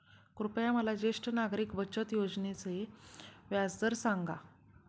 कृपया मला ज्येष्ठ नागरिक बचत योजनेचा व्याजदर सांगा